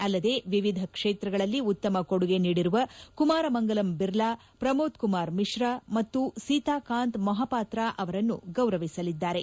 ಅಲ್ಲದೆ ವಿವಿಧ ಕ್ಷೇತ್ರಗಳಲ್ಲಿ ಉತ್ತಮ ಕೊಡುಗೆ ನೀಡಿರುವ ಕುಮಾರ ಮಂಗಲಂ ಬಿರ್ಲಾ ಪ್ರಮೋದ್ ಕುಮಾರ್ ಮಿಶ್ರಾ ಮತ್ತು ಸಿತಾಕಾಂತ್ ಮೋಹಪಾತ್ರ ಅವರನ್ನು ಗೌರವಿಸಲಿದ್ದಾರೆ